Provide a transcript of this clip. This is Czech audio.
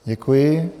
Děkuji.